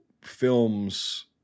films